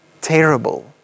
terrible